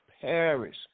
Paris